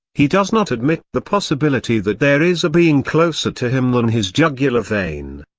he does not admit the possibility that there is a being closer to him than his jugular vein.